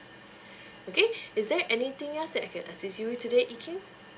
okay is there anything else that I can assist you today yee keng